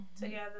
together